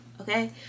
okay